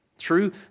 true